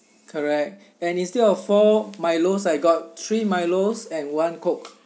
correct and instead of four milos I got three milos and one coke